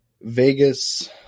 Vegas